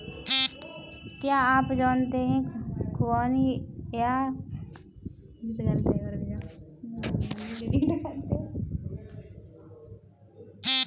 क्या आप जानते है खुबानी या ऐप्रिकॉट एक बीज से युक्त फल है?